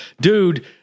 dude